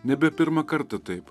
nebe pirmą kartą taip